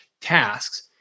tasks